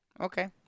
Okay